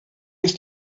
ist